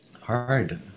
hard